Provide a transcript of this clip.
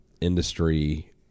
industry